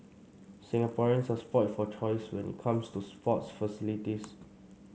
Singaporeans are spoilt for choice when it comes to sports facilities